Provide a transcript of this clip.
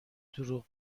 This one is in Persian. دروغ